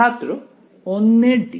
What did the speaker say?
ছাত্র অন্যের d